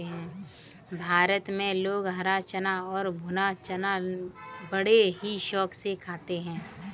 भारत में लोग हरा चना और भुना चना बड़े ही शौक से खाते हैं